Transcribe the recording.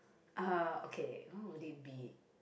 uh okay oh what would it be